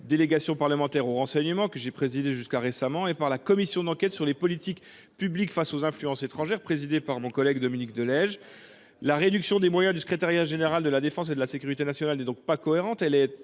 délégation parlementaire au renseignement que j’ai présidée jusqu’à récemment, ainsi que par la commission d’enquête sur les politiques publiques face aux opérations d’influences étrangères, présidée par mon collègue Dominique de Legge. La réduction des moyens du secrétariat général de la défense et de la sécurité nationale (SGDSN) n’est donc pas cohérente. Pis,